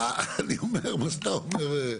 אני אומר את מה שאתה אומר.